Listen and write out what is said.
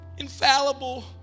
Infallible